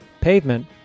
pavement